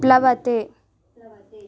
प्लवते प्लवते